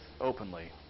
openly